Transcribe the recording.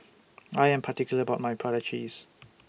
I Am particular about My Prata Cheese